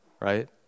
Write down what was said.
right